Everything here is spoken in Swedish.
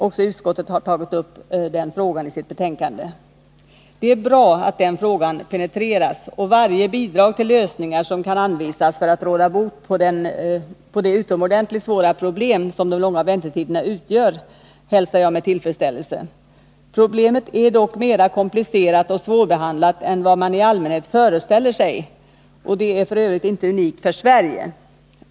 Även utskottet har tagit upp den frågan i sitt betänkande. Det är bra att denna fråga penetreras, och varje bidrag till lösningar som kan anvisas för att råda bot på det utomordentligt svåra problem som de långa väntetiderna utgör hälsar jag med tillfredsställelse. Problemet är dock mera komplicerat och svårbehandlat än vad man i allmänhet föreställer sig, och det är f. ö. inte unikt för Sverige.